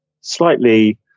slightly